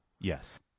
yes